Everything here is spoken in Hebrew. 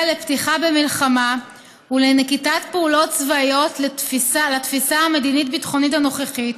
לפתיחה במלחמה ולנקיטת פעולות צבאיות לתפיסה המדינית-ביטחונית הנוכחית,